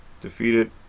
defeated